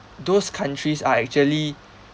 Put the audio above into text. those countries are actually